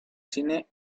cine